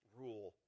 rule